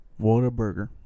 Whataburger